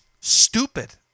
Stupid